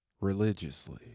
Religiously